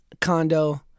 condo